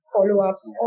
Follow-ups